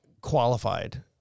qualified